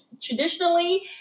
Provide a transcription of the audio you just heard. traditionally